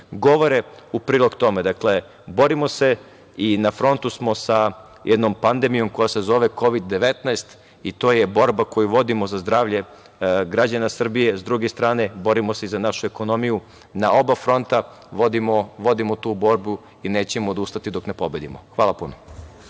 govore u prilog tome. Dakle, borimo se i na frontu smo sa jednom pandemijom koja se zove Kovid 19 i to je borba koju vodimo za zdravlje građana Srbije. Sa druge strane, borimo se i za našu ekonomiju. Na oba fronta vodimo tu borbu i nećemo odustati dok ne pobedimo. Hvala puno.